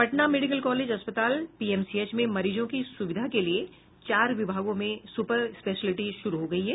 Patna medical college अस्पताल PMCH में मरीजों की सुविधा के लिए चार विभागों में सुपर स्पेशिलिटी शुरू हो गयी है